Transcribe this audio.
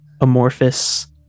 amorphous